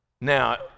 Now